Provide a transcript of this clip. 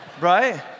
right